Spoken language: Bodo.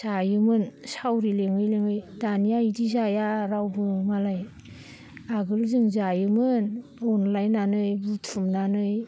जायोमोन सावरि लिङै लिङै दानिया इदि जाया रावबो मालाय आगोल जों जायोमोन अनलायनानै बुथुमनानै